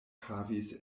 havis